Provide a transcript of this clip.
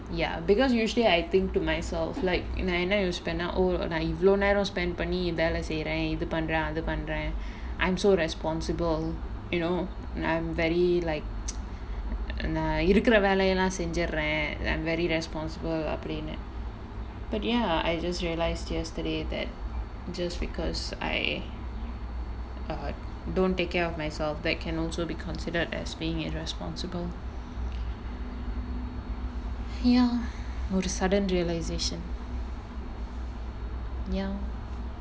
ya because usually I think to myself like நான் என்ன யோசிப்பேனா:naan enna yosippaenaa oh நா இவ்ளோ நேரம்:naa ivlo neram spend பண்ணி வேல செய்றேன் இது பண்றேன் அது பண்றேன்:panni vela seiraen ithu pandraen athu pandraen I'm so responsible you know and I'm very like நா இருக்கிற வேல எல்லாம் செஞ்சுர்றேன்:naa irukkara vela ellaam senjurraen I'm very responsible அப்படினு:appadinu but ya I just realised yesterday that just because I don't take care of myself that can also be considered as being irresponsible ya ஒரு:oru sudden realisation ya